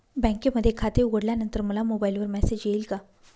बँकेमध्ये खाते उघडल्यानंतर मला मोबाईलवर मेसेज येईल का?